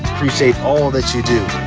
appreciate all that you do.